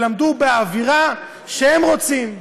ולמדו באווירה שהם רוצים,